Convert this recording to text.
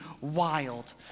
wild